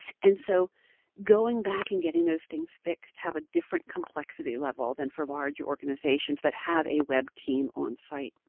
and so going back and getting those things fixed have a different complexity level than for large organizations that have a web team on-site.